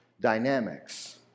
dynamics